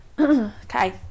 Okay